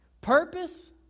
Purpose